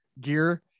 gear